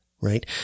Right